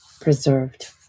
preserved